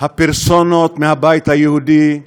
הפרסונות מהבית היהודי,